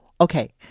Okay